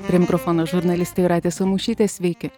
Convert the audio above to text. prie mikrofono žurnalistė jūratė samušytė sveiki